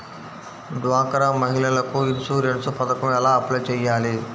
డ్వాక్రా మహిళలకు ఇన్సూరెన్స్ పథకం ఎలా అప్లై చెయ్యాలి?